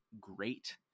great